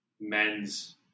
men's